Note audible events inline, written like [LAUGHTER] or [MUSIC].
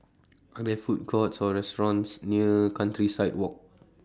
[NOISE] Are There Food Courts Or restaurants near Countryside Walk